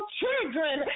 children